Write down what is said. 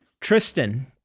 Tristan